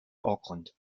auckland